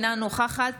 אינה נוכחת